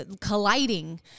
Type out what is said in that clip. colliding